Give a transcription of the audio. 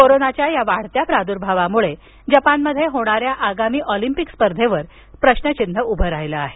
कोरोनाच्या या वाढत्या प्रादुर्भावामुळे जपानमध्ये होणाऱ्या आगामी ऑलिंपिक स्पर्धेवर प्रश्नचिन्ह उभं राहिल आहे